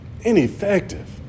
Ineffective